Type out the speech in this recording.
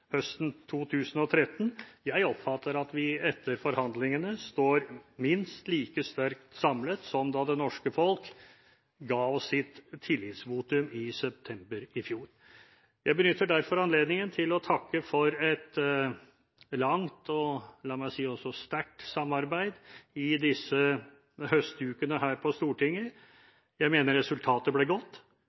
høsten 2013. Jeg oppfatter at vi etter forhandlingene står minst like sterkt samlet som da det norske folk ga oss sitt tillitsvotum i september i fjor. Jeg benytter derfor anledningen til å takke for et langt og, la meg også si, sterkt samarbeid i disse høstukene på Stortinget. Jeg mener resultatet ble godt,